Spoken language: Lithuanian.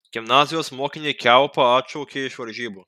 gimnazijos mokinį kiaupą atšaukė iš varžybų